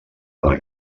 del